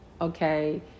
okay